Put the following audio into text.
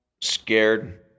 scared